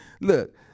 look